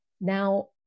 Now